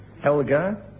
Helga